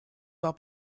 war